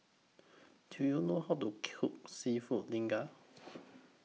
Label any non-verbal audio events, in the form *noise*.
Do YOU know How to Cook Seafood *unintelligible*